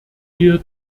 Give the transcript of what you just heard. wir